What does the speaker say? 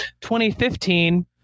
2015